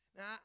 Now